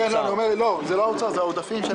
זה לא האוצר, זה העודפים.